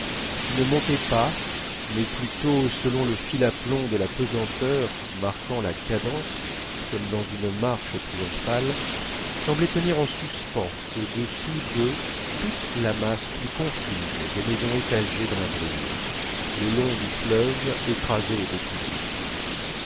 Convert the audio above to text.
qui ne montaient pas mais plutôt selon le fil à plomb de la pesanteur marquant la cadence comme dans une marche triomphale semblaient tenir en suspens au-dessous d'eux toute la masse plus confuse des maisons étagées dans la brume le long du fleuve écrasé et décousu